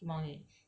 什么东西